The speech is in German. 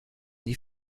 die